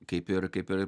kaip ir kaip ir